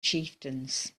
chieftains